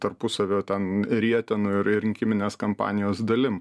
tarpusavio ten rietenų ir ir rinkiminės kampanijos dalim